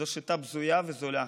זו שיטה בזויה וזולה.